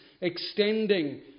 extending